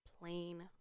plain